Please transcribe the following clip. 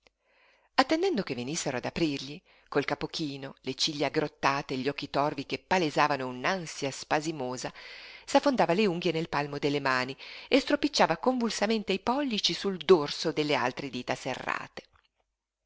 attendendo che venissero ad aprirgli col capo chino le ciglia aggrottate e gli occhi torvi che palesavano un'ansia spasimosa s'affondava le unghie nel palmo delle mani e stropicciava convulsamente i pollici sul dorso delle altre dita serrate